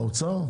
האוצר?